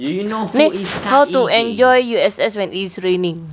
how to enjoy U_S_S when it is raining